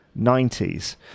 90s